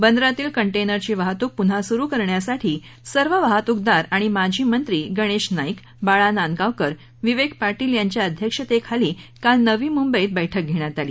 बंदरातली कंटेनरची वाहतूक पुन्हा सुरू करण्यासाठी सर्व वाहतूकदार आणि माजी मंत्री गणेश नाईक बाळा नांदगावकर विवेक पाटील यांच्या अध्यक्षतेखाली काल नवी मुंबईत बैठक घेण्यात आली